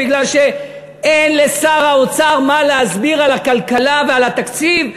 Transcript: כי אין לשר האוצר מה להסביר על הכלכלה ועל התקציב?